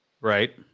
Right